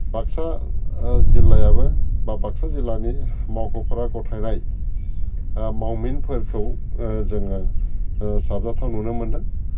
बाकसा जिल्लायाबो बा बाकसा जिल्लानि मावख'फोरा गथायनाय मावमिनफोरखौ जोङो साबजाथाव नुनो मोन्दों